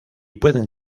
pueden